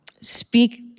speak